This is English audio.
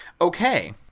Okay